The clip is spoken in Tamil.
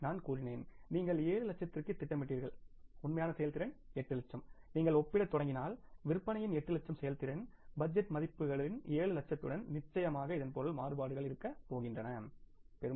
நான் கூறினேன் நீங்கள் 7 லட்சத்திற்குத் திட்டமிடுகிறீர்கள் உண்மையான செயல்திறன் 8 லட்சம் நீங்கள் ஒப்பிடத் தொடங்கினால் விற்பனையின் 8 லட்சம் செயல்திறன் பட்ஜெட் மதிப்பீடுகளின் 7 லட்சத்துடன் நிச்சயமாக இதன் பொருள் மாறுபாடுகள் இருக்க போகின்றன என்பதாகும்